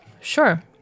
Sure